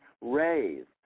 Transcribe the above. raised